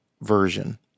version